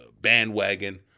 bandwagon